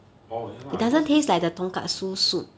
oh ya lah because it's